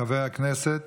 חבר הכנסת